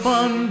Fun